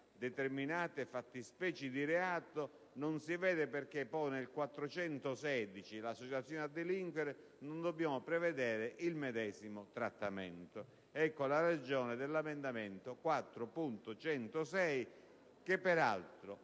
determinate fattispecie di reato, non si vede poi perché poi nell'articolo 416 sull'associazione a delinquere non si debba prevedere il medesimo trattamento. Ecco la ragione dell'emendamento 4.106, che peraltro